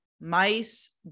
mice